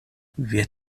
wer